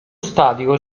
statico